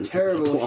Terrible